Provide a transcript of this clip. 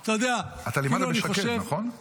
אתה לימדת בשקד, נכון?